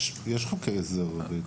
יש חוקי הסדר.